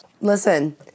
Listen